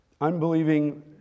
unbelieving